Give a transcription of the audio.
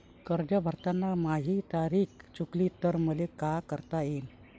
कर्ज भरताना माही तारीख चुकली तर मले का करता येईन?